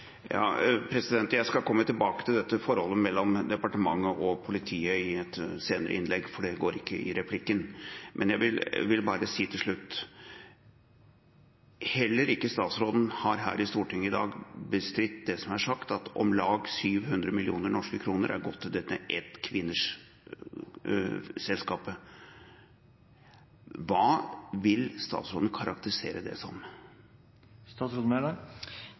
Jeg skal komme tilbake til dette forholdet mellom departementet og politiet i et senere innlegg, for det går ikke i en replikk. Jeg vil bare til slutt si: Heller ikke statsråden har her i Stortinget i dag bestridt det som er sagt, at om lag 700 mill. kr er gått til dette enkvinnesselskapet. Hva vil statsråden karakterisere det som?